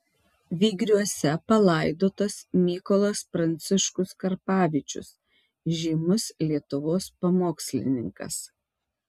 vygriuose palaidotas mykolas pranciškus karpavičius žymus lietuvos pamokslininkas